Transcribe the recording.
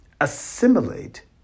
assimilate